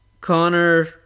Connor